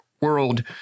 world